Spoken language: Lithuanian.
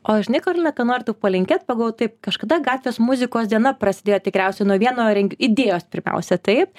o žinai karolina ką noriu tau palinkėt pagalvojau taip kažkada gatvės muzikos diena prasidėjo tikriausiai nuo vieno reng idėjos pirmiausia tai